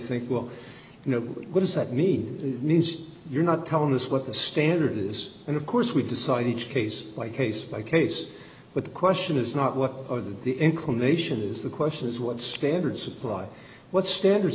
think will you know what does that mean it means you're not telling us what the standard is and of course we decided case by case by case but the question is not what are the the inclination is the question is what standards applied what standard